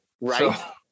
right